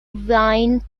wine